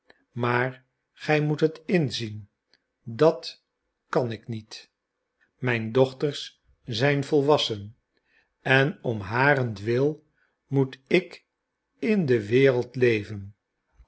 maar gij moet het inzien dat kan ik niet mijn dochters zijn volwassen en om harentwil moet ik in de wereld leven